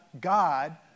God